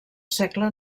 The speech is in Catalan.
segle